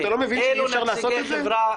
אתה לא מבין שאי אפשר לעשות את זה?